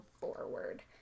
forward